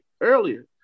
earlier